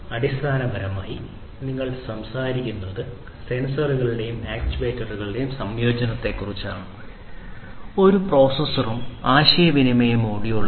അടിസ്ഥാനപരമായി നിങ്ങൾ സംസാരിക്കുന്നത് സെൻസറുകളുടെയും ആക്യുവേറ്ററുകളുടെയും സംയോജനത്തെക്കുറിച്ചാണ് ഒരു പ്രോസസ്സറും ആശയവിനിമയ മൊഡ്യൂളും